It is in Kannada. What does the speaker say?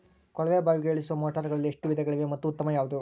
ಕೊಳವೆ ಬಾವಿಗೆ ಇಳಿಸುವ ಮೋಟಾರುಗಳಲ್ಲಿ ಎಷ್ಟು ವಿಧಗಳಿವೆ ಮತ್ತು ಉತ್ತಮ ಯಾವುದು?